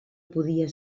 podia